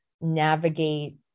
navigate